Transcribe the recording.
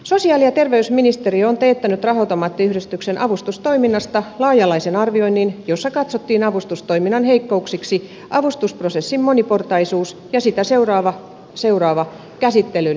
sosiaali ja terveysministeriö on teettänyt raha automaattiyhdistyksen avustustoiminnasta laaja alaisen arvioinnin jossa katsottiin avustustoiminnan heikkouksiksi avustusprosessin moniportaisuus ja sitä seuraava käsittelyn pitkä kesto